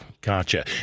Gotcha